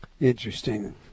interesting